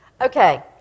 okay